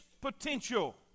potential